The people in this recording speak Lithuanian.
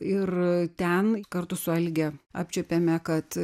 ir ten kartu su alge apčiuopėme kad